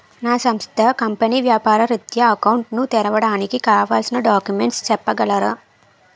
నా సంస్థ కంపెనీ వ్యాపార రిత్య అకౌంట్ ను తెరవడానికి కావాల్సిన డాక్యుమెంట్స్ చెప్పగలరా?